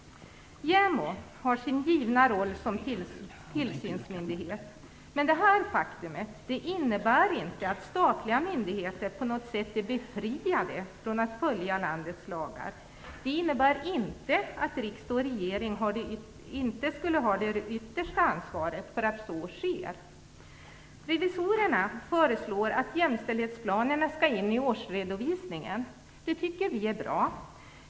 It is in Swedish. JämO har sin givna roll som tillsynsmyndighet. Men det innebär inte att statliga myndigheter på något sätt är befriade från att följa landets lagar. Det innebär inte att riksdag och regering inte skulle ha det yttersta ansvaret för att så sker. Revisorerna föreslår att jämställdhetsplanerna skall in i årsredovisningen. Det tycker vi är bra.